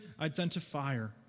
identifier